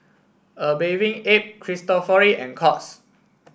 A Bathing Ape Cristofori and Courts